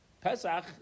Pesach